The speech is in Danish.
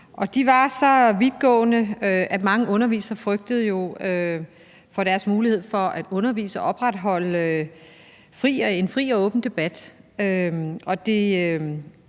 de var så vidtgående, at mange undervisere jo frygtede for deres mulighed for at undervise og opretholde en fri og åben debat.